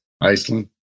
Iceland